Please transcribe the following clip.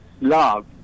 love